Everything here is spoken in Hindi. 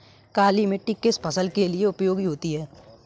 काली मिट्टी किस फसल के लिए उपयोगी होती है?